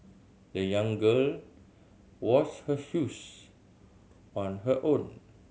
the young girl washed her shoes on her own